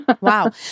Wow